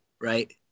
right